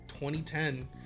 2010